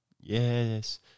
yes